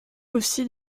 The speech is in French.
aussi